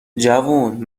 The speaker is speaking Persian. جوون